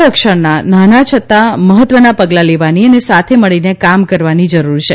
રક્ષણના નાના છતાં મહત્વના પગલાં લેવાની અને સાથે મળીને કામ કરવાની જરૂર છે